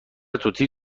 توتی